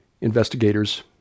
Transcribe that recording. investigators